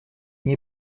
ней